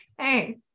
Hey